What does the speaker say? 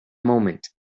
moment